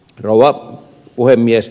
rouva puhemies